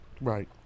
right